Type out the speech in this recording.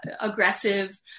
aggressive